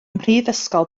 mhrifysgol